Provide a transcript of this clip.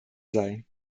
sei